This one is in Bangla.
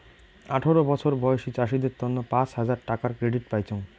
আঠারো বছর বয়সী চাষীদের তন্ন পাঁচ হাজার টাকার ক্রেডিট পাইচুঙ